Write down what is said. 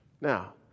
Now